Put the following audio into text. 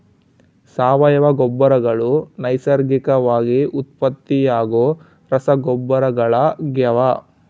ಸಾವಯವ ಗೊಬ್ಬರಗಳು ನೈಸರ್ಗಿಕವಾಗಿ ಉತ್ಪತ್ತಿಯಾಗೋ ರಸಗೊಬ್ಬರಗಳಾಗ್ಯವ